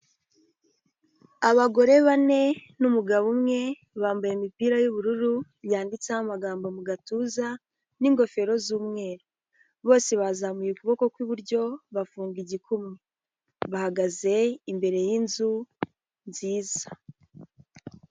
Abagore bane n'umugabo umwe, bambaye imipira y'ubururu yanditseho amagambo mu gatuza n'ingofero z'umweru, bose bazamuye ukuboko kw'iburyo bafunga igikumwe, bahagaze imbere y'inzu nziza.